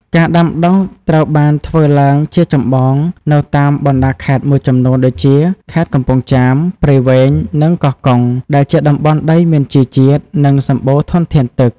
ការដាំដុះត្រូវបានធ្វើឡើងជាចម្បងនៅតាមបណ្តាខេត្តមួយចំនួនដូចជា ខេត្តកំពង់ចាម ព្រៃវែង និងកោះកុង ដែលជាតំបន់ដីមានជីជាតិ និងសម្បូរធនធានទឹក។